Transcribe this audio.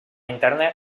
interna